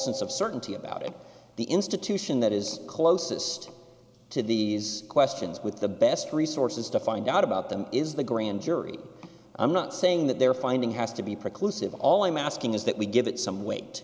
sense of certainty about it the institution that is closest to the questions with the best resources to find out about them is the grand jury i'm not saying that they're finding has to be precluded all i'm asking is that we give it some weight